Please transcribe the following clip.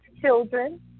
children